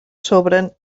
sobren